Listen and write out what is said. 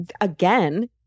again